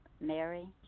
Mary